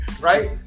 right